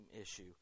issue